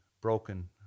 broken